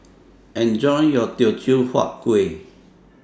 Enjoy your Teochew Huat Kueh